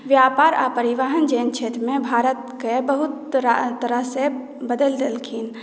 व्यापार आ परिवहन जेहन क्षेत्रमे भारत केँ बहुत तरहसँ बदलि देलखिन